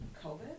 COVID